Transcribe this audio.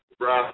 bro